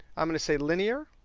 i'm going to say linear.